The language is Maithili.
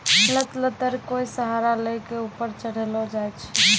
लत लत्तर कोय सहारा लै कॅ ऊपर चढ़ैलो जाय छै